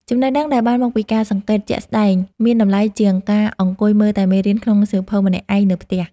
ចំណេះដឹងដែលបានមកពីការសង្កេតជាក់ស្តែងមានតម្លៃជាងការអង្គុយមើលតែមេរៀនក្នុងសៀវភៅម្នាក់ឯងនៅផ្ទះ។